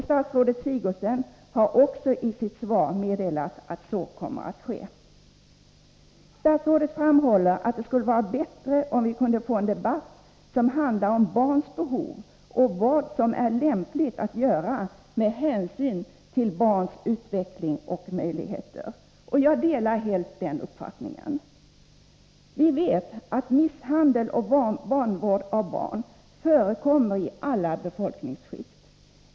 Statsrådet Sigurdsen har också i sitt svar meddelat att så kommer att ske. Statsrådet framhåller att det skulle vara bättre om vi kunde få en debatt som handlar om barns behov och om vad som är lämpligt att göra med hänsyn till barns utveckling och möjligheter. Jag delar helt den uppfattningen. Vi vet att misshandel och vanvård av barn förekommer i alla befolkningsskikt.